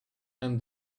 and